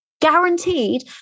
guaranteed